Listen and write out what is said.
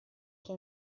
che